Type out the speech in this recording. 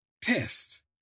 pissed